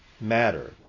matter